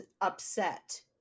upset